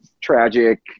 tragic